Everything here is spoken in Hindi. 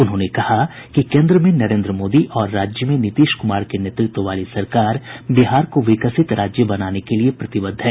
उन्होंने कहा कि केन्द्र में नरेन्द्र मोदी और राज्य में नीतीश कुमार के नेतृत्व वाली सरकार बिहार को विकसित राज्य बनाने के लिये प्रतिबद्ध है